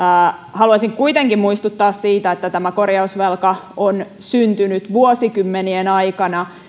haluaisin kuitenkin muistuttaa siitä että tämä korjausvelka on syntynyt vuosikymmenien aikana